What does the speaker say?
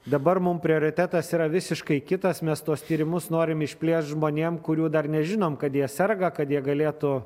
dabar mum prioritetas yra visiškai kitas mes tuos tyrimus norim išplėst žmonėm kurių dar nežinom kad jie serga kad jie galėtų